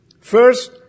First